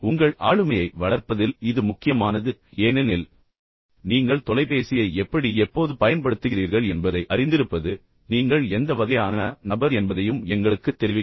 உங்கள் ஆளுமையை வளர்ப்பதில் இது முக்கியமானது ஏனெனில் நீங்கள் தொலைபேசியைப் பயன்படுத்தும் முறையை அறிந்திருப்பது நீங்கள் தொலைபேசியை எப்படி எப்போது பயன்படுத்துகிறீர்கள் என்பதை அறிந்திருப்பது நீங்கள் எந்த வகையான நபர் என்பதையும் எங்களுக்குத் தெரிவிக்கும்